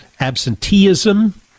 absenteeism